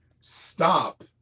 stop